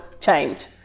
change